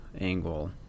angle